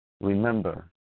Remember